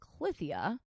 Clithia